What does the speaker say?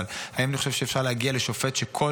אבל האם אני חושב שאפשר להגיע לשופט שכל